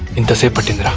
interfere but in but